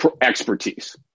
expertise